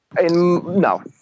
No